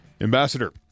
ambassador